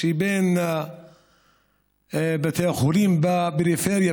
בין בתי החולים בפריפריה,